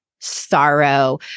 sorrow